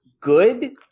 good